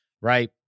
right